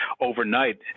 overnight